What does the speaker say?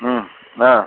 ಹ್ಞೂ ಹಾಂ